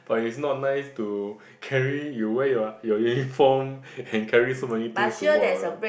but it's not nice to carry you wear your your uniform and carry so many things to walk around